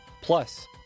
plus